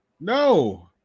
No